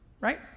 right